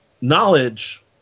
knowledge